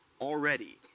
already